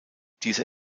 dieser